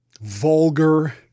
vulgar